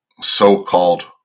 so-called